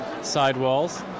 sidewalls